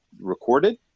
recorded